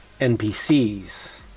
NPCs